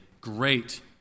great